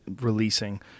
releasing